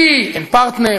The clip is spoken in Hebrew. כי אין פרטנר,